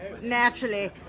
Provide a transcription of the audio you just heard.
naturally